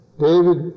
David